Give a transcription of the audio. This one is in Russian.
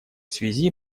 связи